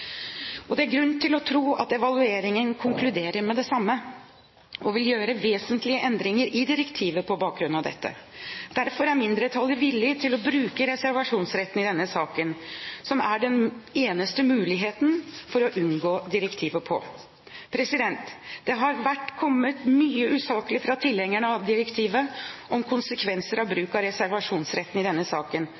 8. Det er grunn til å tro at evalueringen konkluderer med det samme, og at det vil gjøres vesentlige endringer i direktivet på bakgrunn av dette. Derfor er mindretallet villig til å bruke reservasjonsretten i denne saken, som er den eneste muligheten for å unngå direktivet. Det har vært sagt mye usaklig fra tilhengerne av direktivet om konsekvensene av å bruke reservasjonsretten i denne saken